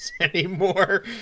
anymore